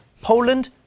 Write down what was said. Poland